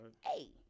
Hey